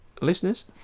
listeners